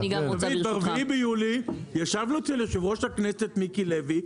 ב-4 ביולי ישבנו אצל יושב ראש הכנסת מיקי לוי,